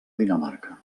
dinamarca